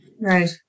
Right